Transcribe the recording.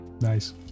Nice